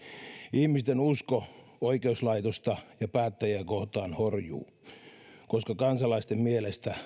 ihmisten usko oikeuslaitosta ja päättäjiä kohtaan horjuu koska kansalaisten mielestä oikeuslaitos